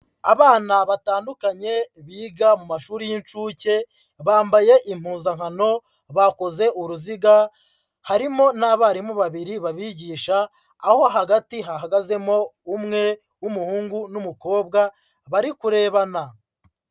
Abana batandukanye biga mu mashuri y'incuke, bambaye impuzankano, bakoze uruziga, harimo n'abarimu babiri babigisha, aho hagati hahagazemo umwe w'umuhungu n'umukobwa bari kurebana.